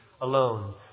alone